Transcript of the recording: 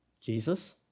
Jesus